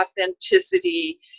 authenticity